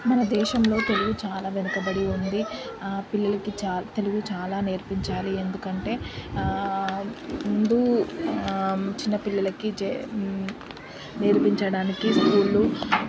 మన దేశంలో తెలుగు చాలా వెనుకబడి ఉంది పిల్లలకి చాలా తెలుగు చాలా నేర్పించాలి ఎందుకంటే ముందు చిన్న పిల్లలకి జయ్ నేర్పించడానికి స్కూళ్ళు